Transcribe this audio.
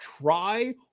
try